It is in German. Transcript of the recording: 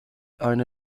eine